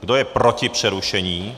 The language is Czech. Kdo je proti přerušení?